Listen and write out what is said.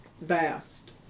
vast